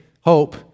hope